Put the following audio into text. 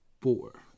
Four